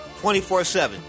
24-7